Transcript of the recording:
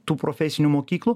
tų profesinių mokyklų